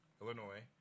Illinois